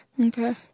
Okay